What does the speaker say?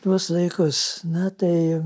tuos laikus na tai